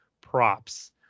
props